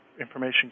information